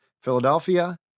Philadelphia